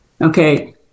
Okay